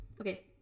Okay